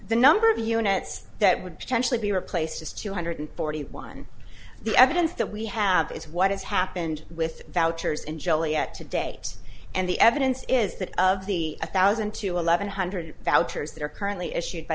the number of units that would potentially be replaced is two hundred forty one the evidence that we have is what has happened with vouchers in joliet today and the evidence is that of the a thousand to eleven hundred vouchers that are currently issued by